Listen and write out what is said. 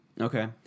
Okay